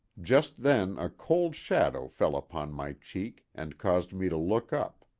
just then a cold shadow fell upon my cheek, and caused me to look up.